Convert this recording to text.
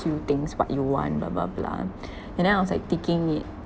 few things what you want blah blah blah and then I was like ticking it